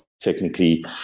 technically